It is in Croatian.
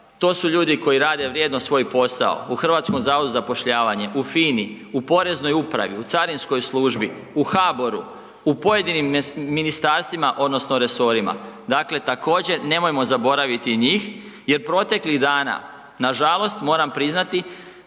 to su ljudi koji rade vrijedno svoj posao, u HZZ-u, u FINA-u, u Poreznoj upravi, u carinskoj službi, u HBOR-u, u pojedinim ministarstvima odnosno resorima, dakle također nemojmo zaboraviti i njih jer proteklih dana nažalost, moram priznati,